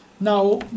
Now